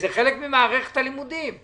זה חלק ממערכת הלימודים.